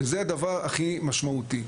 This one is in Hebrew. וזה הדבר הכי משמעותי.